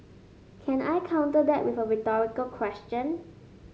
can I counter that with a rhetorical question